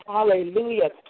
Hallelujah